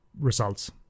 results